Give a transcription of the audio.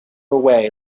away